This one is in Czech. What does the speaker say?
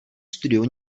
studiu